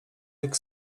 ryk